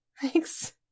Thanks